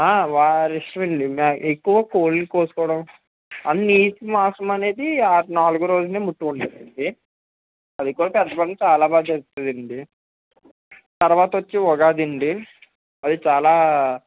వారి ఇష్టమండి ఎక్కువ కోళ్ళను కోసుకోవడం నీచు మాంసం అనేది నాలుగో రోజునే ముట్టుకుంటారు అండి అదికూడా కొంతమంది చాలా బాగా చేస్తారండి తరువాత వచ్చి ఉగాది అండి అది చాలా